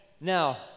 Now